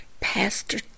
Pastor